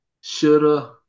shoulda –